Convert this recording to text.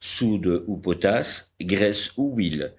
soude ou potasse graisse ou huile